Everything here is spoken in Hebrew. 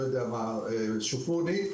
"שופוני",